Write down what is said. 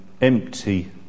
empty